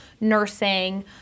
nursing